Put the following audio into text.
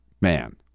man